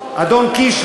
אדון קיש,